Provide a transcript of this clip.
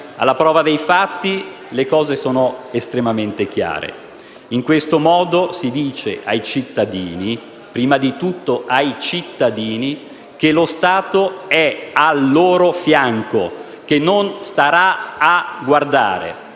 alla prova dei fatti le cose sono estremamente chiare: in questo modo si dice ai cittadini - prima di tutto ai cittadini - che lo Stato è al loro fianco e che non starà a guardare.